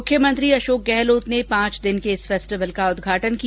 मुख्यमंत्री अशोक गहलोत ने पांच दिन के इस फेस्टिवल का उदघाटन किया